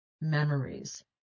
memories